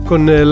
Con